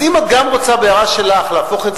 אז אם את גם רוצה בהערה שלך להפוך את